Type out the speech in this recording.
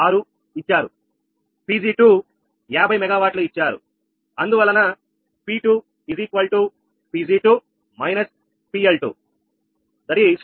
6 ఇచ్చారు Pg2 50 మెగావాట్లు ఇచ్చారు అందువలన𝑃2𝑃𝑔2−𝑃L2 i